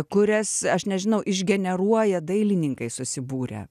kurias aš nežinau išgeneruoja dailininkai susibūrę